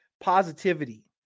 positivity